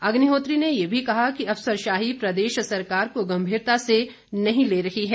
अग्निहोत्री ने ये भी कहा कि अफसरशाही प्रदेश सरकार को गंभीरता से नहीं ले रही है